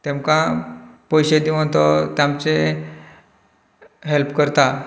तेमकां पयशें दिवन तो तांचें हेल्प करता